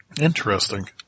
Interesting